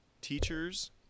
teachers